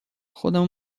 خودمو